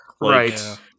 right